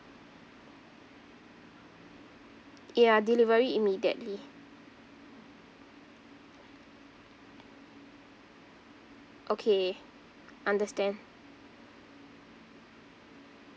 ya delivery immediately okay understand